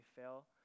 fail